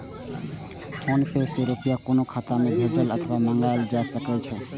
PhonePe सं रुपया कोनो खाता मे भेजल अथवा मंगाएल जा सकै छै